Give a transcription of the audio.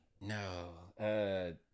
No